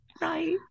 right